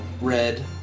red